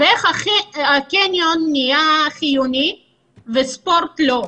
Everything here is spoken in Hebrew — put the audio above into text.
איך הקניון נהיה חיוני וספורט לא?